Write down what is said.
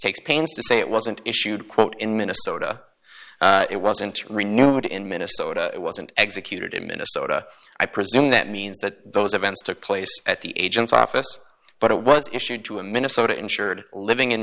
takes pains to say it wasn't issued quote in minnesota it wasn't renewed in minnesota it wasn't executed in minnesota i presume that means that those events took place at the agent's office but it was issued to a minnesota insured living in